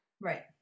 Right